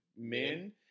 men